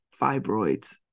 fibroids